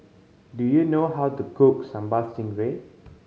do you know how to cook Sambal Stingray